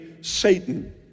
Satan